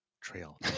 trail